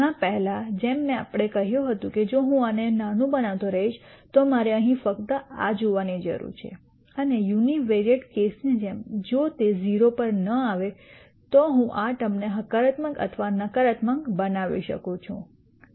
ઘણા પહેલાં જેમ આપણે કહ્યું હતું કે જો હું આને નાનું બનાવતો રહીશ તો મારે અહીં ફક્ત આ જોવાની જરૂર છે અને યુનિવેરિયેટ કેસ ની જેમ જો તે 0 પર ન આવે તો હું આ ટર્મ ને હકારાત્મક અથવા નકારાત્મક બનાવી શકું છું